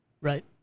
Right